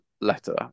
letter